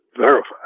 verify